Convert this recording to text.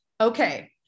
Okay